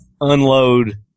unload